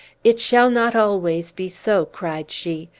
it shall not always be so! cried she.